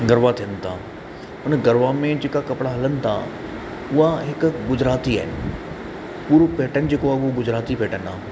गरबा थियनि था उन गरबा में जेका कपिड़ा हलनि था उहा हिकु गुजराती आहिनि पूरो पैटर्न जेको आहे गुजराती पैटर्न आहे